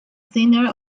singer